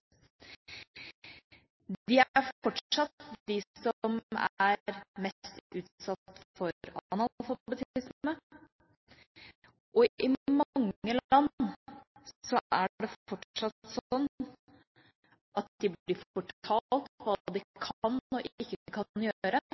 De er fortsatt de som er mest utsatt for analfabetisme, og i mange land er det fortsatt sånn at de blir fortalt hva de kan og ikke